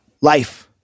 life